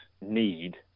need